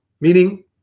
meaning